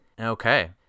Okay